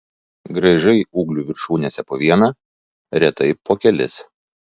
graižai ūglių viršūnėse po vieną retai po kelis